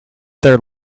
their